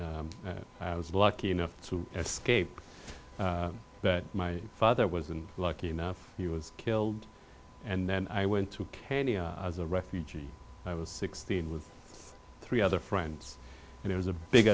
brutal i was lucky enough to escape that my father was and lucky enough he was killed and then i went to kenya as a refugee i was sixteen with three other friends and it was a big